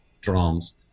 drums